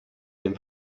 dem